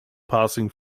passing